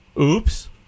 Oops